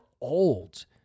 old